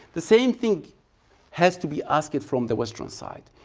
the same thing has to be asked from the western side.